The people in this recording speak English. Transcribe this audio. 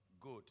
Good